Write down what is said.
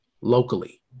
locally